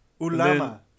Ulama